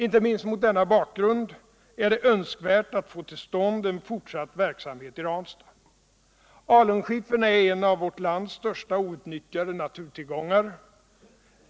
Inte minst mot denna bakgrund är det önskvärt att få till stånd en fortsatt verksamhet i Ranstad. Alunskiffern är en av vårt lands största outnyttjade naturtillgångar.